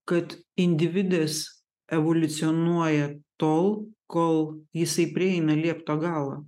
kad individas evoliucionuoja tol kol jisai prieina liepto galą